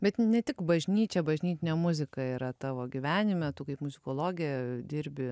bet ne tik bažnyčia bažnytinė muzika yra tavo gyvenime tu kaip muzikologė dirbi